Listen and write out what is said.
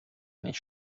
nicht